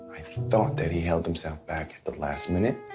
i thought that he held himself back at the last minute